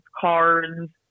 cards